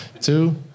Two